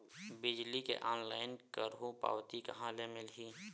बिजली के ऑनलाइन करहु पावती कहां ले मिलही?